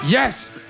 Yes